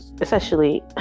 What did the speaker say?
Essentially